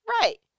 right